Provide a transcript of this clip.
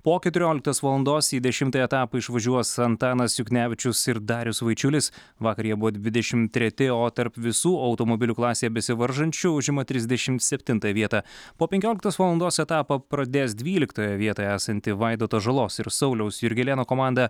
po keturioliktos valandos į dešimtąjį etapą išvažiuos antanas juknevičius ir darius vaičiulis vakar jie buvo dvidešim treti o tarp visų automobilių klasėje besivaržančių užima trisdešimt septintą vietą po penkioliktos valandos etapą pradės dvyliktoje vietoje esanti vaidoto žalos ir sauliaus jurgelėno komanda